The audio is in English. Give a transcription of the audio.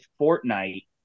Fortnite